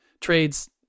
trades